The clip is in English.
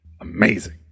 amazing